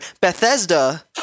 Bethesda